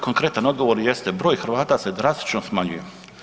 Konkretan odgovor jeste broj Hrvata se drastično smanjuje.